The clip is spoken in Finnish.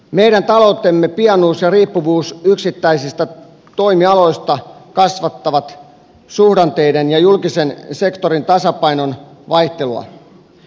meidän taloutemme pienuus ja riippuvuus yksittäisistä toimialoista kasvattavat suhdanteiden ja julkisen sektorin tasapainon vaihtelua